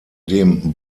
dem